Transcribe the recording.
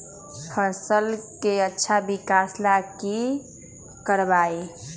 फसल के अच्छा विकास ला की करवाई?